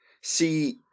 see